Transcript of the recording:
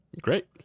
great